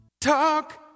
Talk